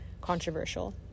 controversial